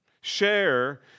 Share